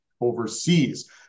overseas